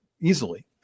easily